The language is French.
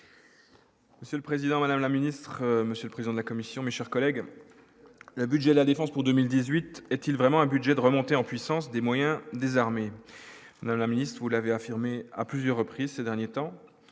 Monsieur le Président, Madame la ministre, monsieur le président de la commission, mes chers collègues, le budget de la Défense pour 2018 : est-il vraiment un budget de remontée en puissance des moyens des armées, la ministre où l'avait affirmé à plusieurs reprises ces derniers temps,